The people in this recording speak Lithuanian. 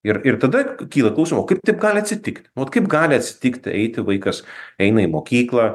ir ir tada kyla klausimų o kaip tai gali atsitikt nu vat kaip gali atsitikti eiti vaikas eina į mokyklą